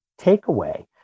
takeaway